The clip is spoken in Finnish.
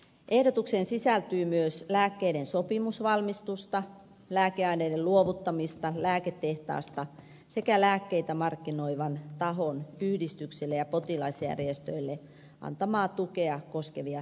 ehdotukseen sisältyy myös lääkkeiden sopimusvalmistusta lääkeaineiden luovuttamista lääketehtaasta sekä lääkkeitä markkinoivan tahon yhdistyksille ja potilasjärjestöille antamaa tukea koskevia säännöksiä